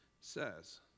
says